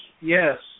Yes